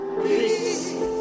peace